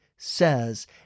says